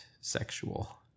sexual